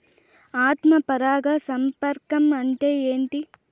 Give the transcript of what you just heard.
ఆత్మ పరాగ సంపర్కం అంటే ఏంటి?